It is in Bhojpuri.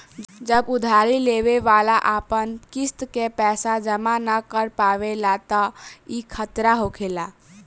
जब उधारी लेवे वाला अपन किस्त के पैसा जमा न कर पावेला तब ई खतरा होखेला